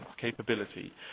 capability